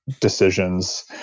decisions